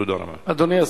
תודה רבה.